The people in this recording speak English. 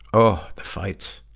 oh, the fights!